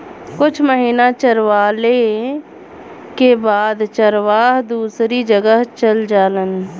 कुछ महिना चरवाले के बाद चरवाहा दूसरी जगह चल जालन